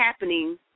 happening